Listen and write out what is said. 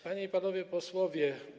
Panie i Panowie Posłowie!